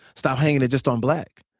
stop hanging it just on black.